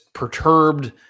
Perturbed